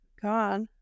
God